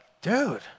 dude